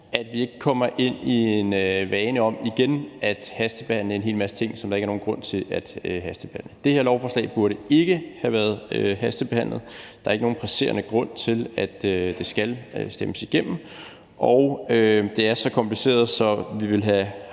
at vi ikke kommer ind i en vane med igen at hastebehandle en hel masse ting, som der ikke er nogen grund til at hastebehandle. Det her lovforslag burde ikke have været hastebehandlet. Der er ikke nogen presserende grund til, at det skal stemmes igennem, og det er så kompliceret, at vi ville have